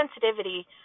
sensitivity